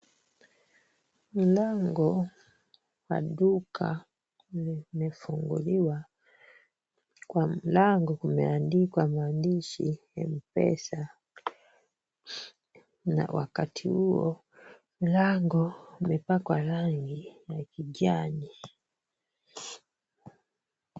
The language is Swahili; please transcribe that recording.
Mlango wa duka umefunguliwa. Kwa mlango kumeandikwa maandishi M-Pesa na wakati huo mlango umepakwa rangi ya kijani.